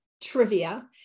trivia